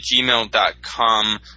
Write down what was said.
gmail.com